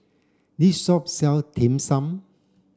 this shop sell Dim Sum